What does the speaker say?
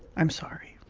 i'm sorry